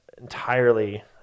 entirely